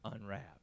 unwrapped